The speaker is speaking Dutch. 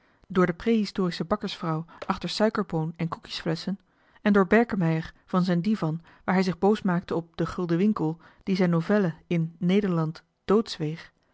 door de praehistorische bakkersvrouw achter suikerboon en koekjes flesschen en door berkemeier van zijn divan waar hij zich boos maakte op den gulden winckel die zijn novelle in nederland